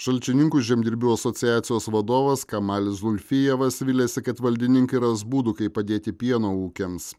šalčininkų žemdirbių asociacijos vadovas kamalis zulfijevas viliasi kad valdininkai ras būdų kaip padėti pieno ūkiams